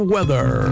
Weather